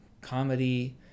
comedy